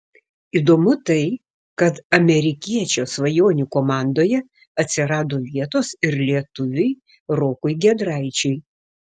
įdomu tai kad amerikiečio svajonių komandoje atsirado vietos ir lietuviui rokui giedraičiui